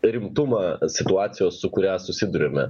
rimtumą situacijos su kuria susiduriame